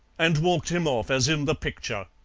and walked him off as in the picture.